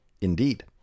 Indeed